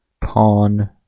pawn